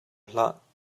hlah